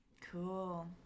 cool